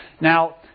Now